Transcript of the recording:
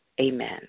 Amen